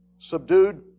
subdued